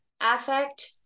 affect